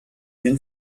been